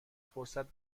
فرصت